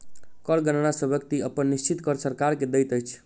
कर गणना सॅ व्यक्ति अपन निश्चित कर सरकार के दैत अछि